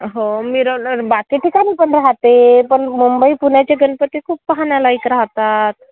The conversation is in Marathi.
हो मिरवला बाकी ठिकाणी पण राहते पण मुंबई पुण्याचे गणपती खूप पाहण्यालायक राहतात